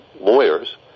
lawyers